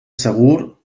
segur